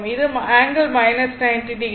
இது ∠ 90o